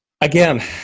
Again